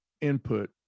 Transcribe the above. input